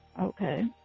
okay